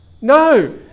No